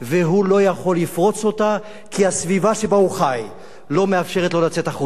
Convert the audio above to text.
והוא לא יכול לפרוץ אותה כי הסביבה שבה הוא חי לא מאפשרת לו לצאת החוצה.